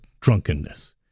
drunkenness